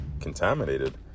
contaminated